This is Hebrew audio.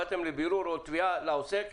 באתם לבירור או לתביעה נגד העוסק.